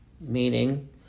meaning